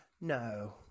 no